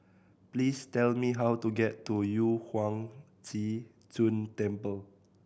please tell me how to get to Yu Huang Zhi Zun Temple